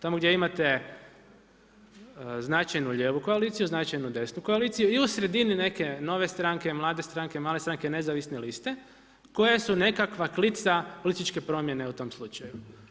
Tamo gdje imate značajnu lijevu koaliciju, značajnu desnu koaliciju i u sredini neke nove stranke, mlade stranke, male stranke nezavisne liste koja su nekakva klica političke promjene u tom slučaju.